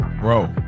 bro